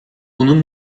bunun